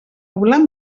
volar